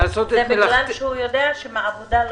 תעשי את מלאכתך נאמנה.